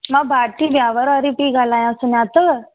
मां भारती ब्यावर वारी पेई ॻाल्हायां सुञातव